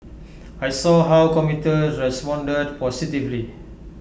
I saw how commuters responded positively